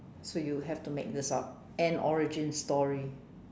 so you have to make this up and origin story